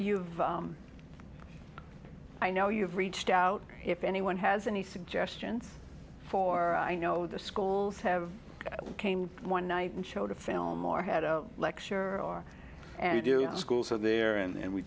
you i know you've reached out if anyone has any suggestions for i know the schools have came one night and showed a film or had a lecture or an idiot school so there and we